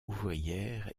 ouvrière